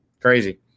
Crazy